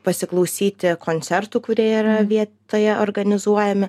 pasiklausyti koncertų kurie yra vietoje organizuojami